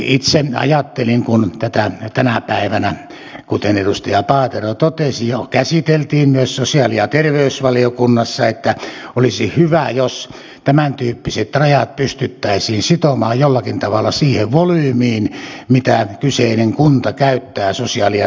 itse ajattelin kun tätä tänä päivänä kuten edustaja paatero totesi jo käsiteltiin myös sosiaali ja terveysvaliokunnassa että olisi hyvä jos tämäntyyppiset rajat pystyttäisiin sitomaan jollakin tavalla siihen volyymiin mitä kyseinen kunta käyttää sosiaali ja terveydenhuoltoon